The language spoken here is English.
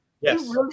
Yes